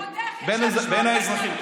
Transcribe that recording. בין האזרחים.